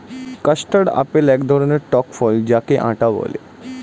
custard apple এক ধরণের টক ফল যাকে আতা বলে